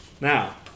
Now